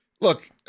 look